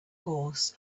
horse